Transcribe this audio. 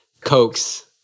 cokes